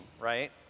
right